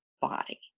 body